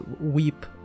weep